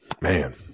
Man